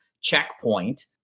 checkpoint